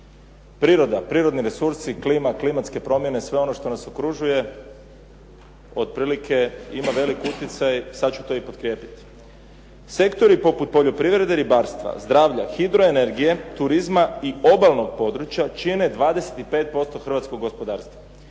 Priroda, prirodni resursi, klima, klimatske promjene, sve ono što nas okružuje otprilike ima veliki utjecaj. Sad ću to i potkrijepiti. Sektori poput poljoprivrede, ribarstva, zdravlja, hidro-energije, turizma i obalnog područja čine 25% hrvatskog gospodarstva.